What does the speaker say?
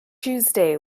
tuesday